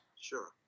Sure